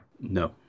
No